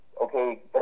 okay